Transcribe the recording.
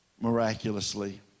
miraculously